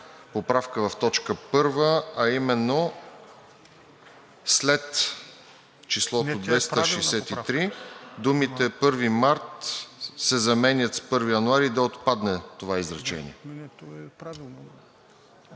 поправка в т. 1, а именно: след числото „263“ думите „1 март“ се заменят с „1 януари“ – да отпадне това изречение.